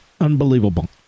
unbelievable